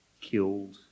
killed